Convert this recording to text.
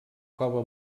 cova